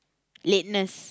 lateness